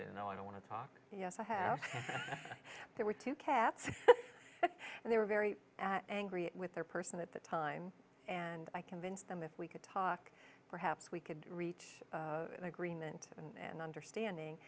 and i don't want to talk i have there were two cats and they were very angry with their person at the time and i convinced them if we could talk perhaps we could reach agreement and understanding